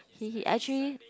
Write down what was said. he he actually